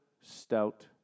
stout